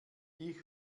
ich